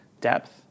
depth